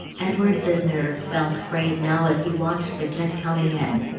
edwards's nerves felt frayed now as he watched the jet coming in.